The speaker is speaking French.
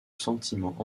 sentiment